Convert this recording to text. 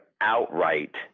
outright